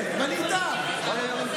נושא, אני איתך בזה, אני איתך.